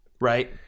right